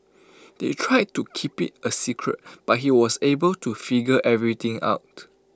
they tried to keep IT A secret but he was able to figure everything out